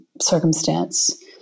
circumstance